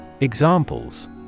Examples